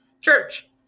church